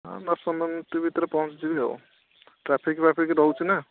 ହଁ ଦଶ ପନ୍ଦର ମିନିଟ୍ ଭିତରେ ପହଞ୍ଚି ଯିବି ଆଉ ଟ୍ରାଫିକ୍ ଫ୍ରାଫିକ୍ ରହୁଛି ନା